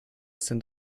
sind